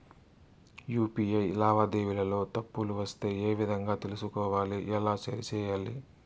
UPI లావాదేవీలలో తప్పులు వస్తే ఏ విధంగా తెలుసుకోవాలి? ఎలా సరిసేయాలి?